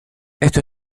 esto